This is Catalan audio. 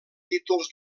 títols